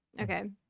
okay